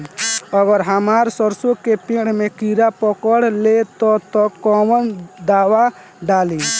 अगर हमार सरसो के पेड़ में किड़ा पकड़ ले ता तऽ कवन दावा डालि?